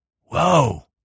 Whoa